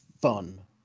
fun